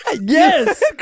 Yes